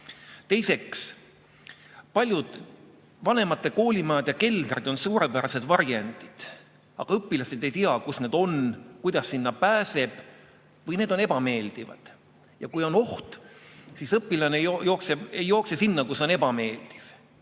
Teiseks, paljude vanemate koolimajade keldrid on suurepärased varjendid. Aga õpilased ei tea, kus need on, kuidas sinna pääseb või need on ebameeldivad. Ja kui on oht, siis õpilane ei jookse sinna, kus on ebameeldiv.